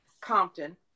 Compton